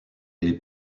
les